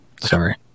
sorry